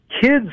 kids